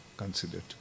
Considered